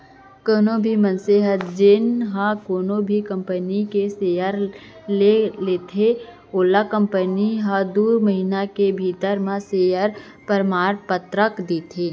कोनो भी मनसे जेन ह कोनो भी कंपनी के सेयर ल लेथे ओला कंपनी ह दू महिना के भीतरी म सेयर परमान पतरक देथे